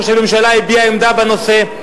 ראש הממשלה הביע עמדה בנושא.